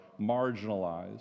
marginalized